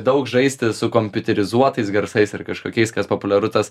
daug žaisti su kompiuterizuotais garsais ar kažkokiais kas populiaru tas